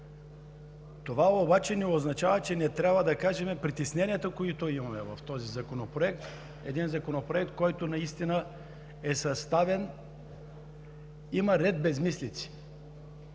Това обаче не означава, че не трябва да кажем за притесненията, които имаме по този законопроект. Един законопроект, който наистина е съставен, но има ред безсмислици.